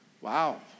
Wow